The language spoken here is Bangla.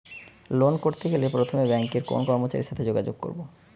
লোন করতে গেলে প্রথমে ব্যাঙ্কের কোন কর্মচারীর সাথে যোগাযোগ করব?